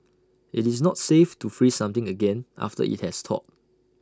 IT is not safe to freeze something again after IT has thawed